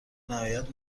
نهایت